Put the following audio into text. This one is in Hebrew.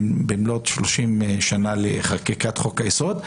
במלאות 30 שנה לחקיקת חוק היסוד,